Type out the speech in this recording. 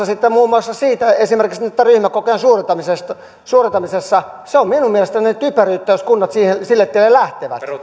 sitten asiantuntijoiden kanssa esimerkiksi ryhmäkokojen suurentamisesta suurentamisesta se on minun mielestäni typeryyttä jos kunnat sille tielle lähtevät